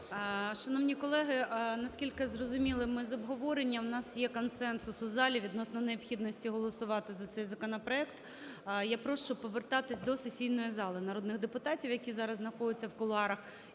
Шановні колеги, наскільки зрозуміли ми з обговорення, у нас є консенсус у залі відносно необхідності голосувати за цей законопроект. Я прошу повертатися до сесійної зали народних депутатів, які зараз знаходяться в кулуарах.